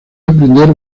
emprender